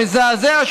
המזעזע,